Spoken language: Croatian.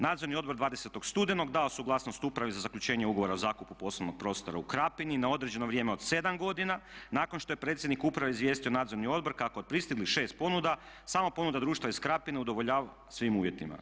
Nadzorni odbor 20. studenog dao je suglasnost upravi za zaključenje ugovora o zakupu poslovnog prostora u Krapini na određeno vrijeme od 7 godina nakon što je predsjednik uprave izvijestio Nadzorni odbor kako od pristiglih 6 ponuda samo ponuda društva iz Krapine udovoljava svim uvjetima.